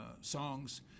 songs